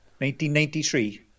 1993